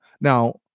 Now